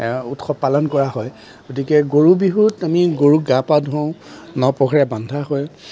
উৎসৱ পালন কৰা হয় গতিকে গৰু বিহুত আমি গৰুক গা পা ধুৱাওঁ ন পঘাৰে বন্ধা হয়